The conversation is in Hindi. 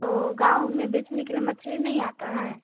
तो गाँव में बेचने के लिए मछली नहीं आता है